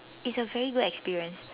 it's a very good experience